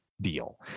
deal